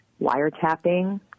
wiretapping